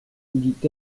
dit